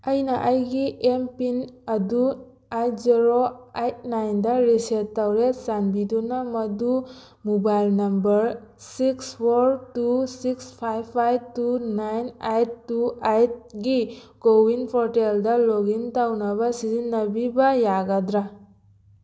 ꯑꯩꯅ ꯑꯩꯒꯤ ꯑꯦꯝꯄꯤꯟ ꯑꯗꯨ ꯑꯥꯏꯠ ꯓꯦꯔꯣ ꯑꯥꯏꯠ ꯅꯥꯏꯟꯗ ꯔꯤꯁꯦꯠ ꯇꯧꯔꯦ ꯆꯥꯟꯕꯤꯗꯨꯅ ꯃꯗꯨ mobile number six four two six five five two nine eight two eight ꯒꯤ ꯀꯣꯋꯤꯟ ꯄꯣꯔꯇꯦꯜꯗ ꯂꯣꯒꯏꯟ ꯇꯧꯅꯕ ꯁꯤꯖꯤꯅꯅꯕꯤꯕ ꯌꯥꯒꯗ꯭ꯔꯥ